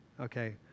Okay